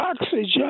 oxygen